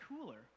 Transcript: cooler